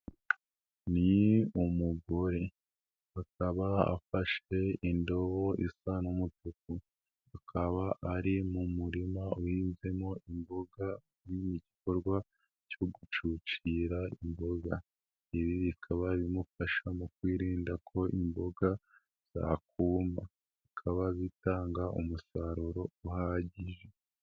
Ni umugore, akaba afashe indobo isa n'umutuku, akaba ari mu murima uhinzemo imboga , n'igikorwa cyo gucucira imboga, ibi bikaba bimufasha mu kwirinda ko imboga zakuma ,bitanga umusaruro uhagije.